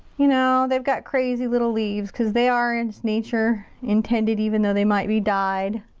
you know, they've got crazy little leaves, cause they are in it's nature intended, even though they might be dyed.